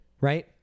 right